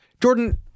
jordan